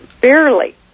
barely